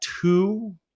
two